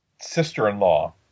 sister-in-law